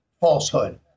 falsehood